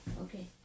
Okay